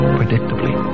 predictably